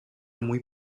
muy